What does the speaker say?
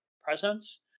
presence